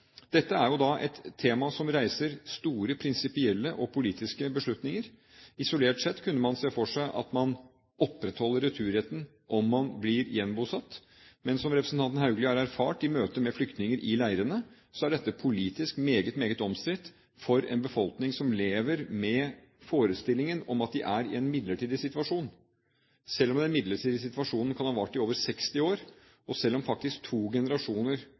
Dette er jo et tema som reiser store prinsipielle og politiske beslutninger. Isolert sett kunne man se for seg at man opprettholder returretten om man blir gjenbosatt. Men som representanten Haugli har erfart i møte med flyktninger i leirene, er dette politisk meget, meget omstridt for en befolkning som lever med forestillingen om at de er i en midlertidig situasjon, selv om den midlertidige situasjonen kan ha vart i over 60 år, og selv om faktisk to generasjoner